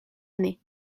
année